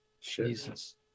Jesus